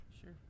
Sure